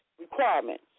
requirements